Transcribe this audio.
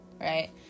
right